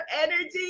energy